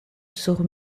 sur